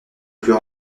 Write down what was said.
plus